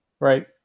Right